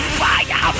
fire